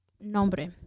Nombre